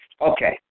Okay